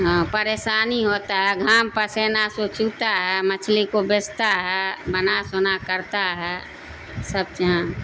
ہاں پریشانی ہوتا ہے گھام پسینہ سو چوتا ہے مچھلی کو بیچتا ہے بنا سنا کرتا ہے سب چیز ہاں